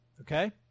okay